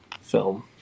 film